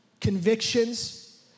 convictions